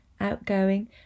outgoing